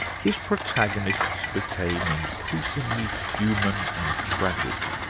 his protagonists became increasingly human and tragic,